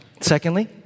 Secondly